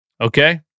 Okay